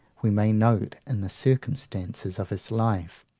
we may note in the circumstances of his life,